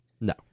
No